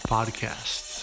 Podcast